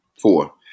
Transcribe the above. four